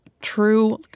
true